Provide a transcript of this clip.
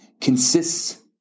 consists